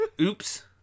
Oops